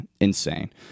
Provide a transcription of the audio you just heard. insane